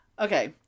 Okay